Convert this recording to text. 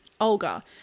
Olga